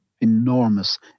enormous